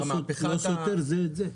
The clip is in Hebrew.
זה לא סותר זה את זה.